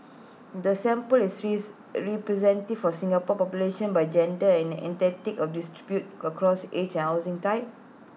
the sample is rise representative for Singapore population by gender and ethnicity and is distributed across age and housing type